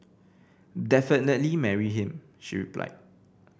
definitely marry him she replied